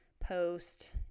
post